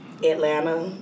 Atlanta